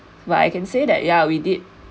but I can say that ya we did